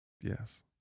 Yes